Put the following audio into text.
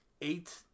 eight